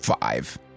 Five